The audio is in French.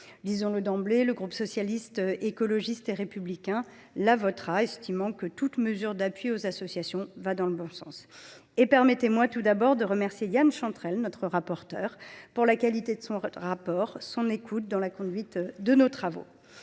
Disons le d’emblée, le groupe Socialiste, Écologiste et Républicain la votera, estimant que toute mesure d’appui aux associations va dans le bon sens. Permettez moi de remercier Yan Chantrel, notre rapporteur, pour la qualité de son rapport et son écoute dans la conduite de nos travaux.